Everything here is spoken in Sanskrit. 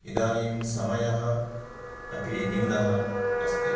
इदानीं समयः अपि न्यूनः अस्ति